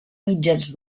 mitges